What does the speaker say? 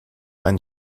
einen